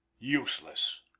Useless